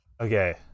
Okay